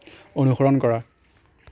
অনুসৰণ কৰা